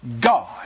God